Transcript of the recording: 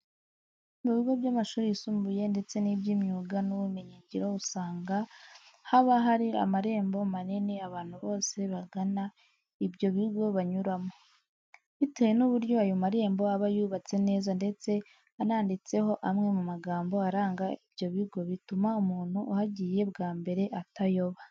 Mu bigo by'amashuri yisumbuye ndetse n'iby'imyuga n'ubumenyingiro usanga haba hari amarembo manini abantu bose bagana ibyo bigo banyuramo. Bitewe n'uburyo ayo marembo aba yubatse neza ndetse ananditseho amwe mu magambo aranga ibyo bigo, bituma umuntu uhagiye bwa mbere atayoba.